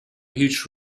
هیچ